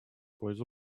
пользу